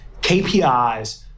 KPIs